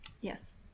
Yes